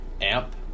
Amp